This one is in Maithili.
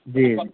जी